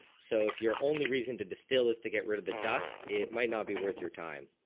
so if you're only reason to distill is to get rid of the dust it might not be worth your time.